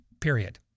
period